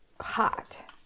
hot